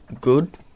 good